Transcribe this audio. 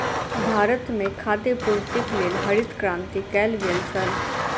भारत में खाद्य पूर्तिक लेल हरित क्रांति कयल गेल छल